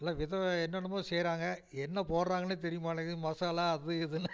எல்லாம் விதவ என்னென்னமோ செய்கிறாங்க என்ன போடுறாங்கன்னே தெரிய மாட்டேங்குது மசாலா அது இதுன்னு